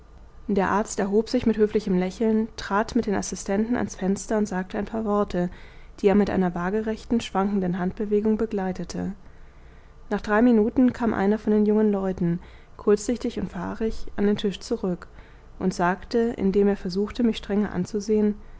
der arzt erhob sich mit höflichem lächeln trat mit den assistenten ans fenster und sagte ein paar worte die er mit einer waagerechten schwankenden handbewegung begleitete nach drei minuten kam einer von den jungen leuten kurzsichtig und fahrig an den tisch zurück und sagte indem er versuchte mich strenge anzusehen